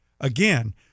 Again